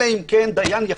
אלא אם כן דיין יחליט.